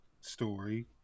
story